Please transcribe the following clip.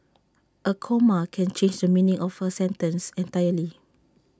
A comma can change the meaning of A sentence entirely